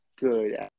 good